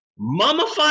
mummified